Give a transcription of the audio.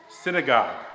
synagogue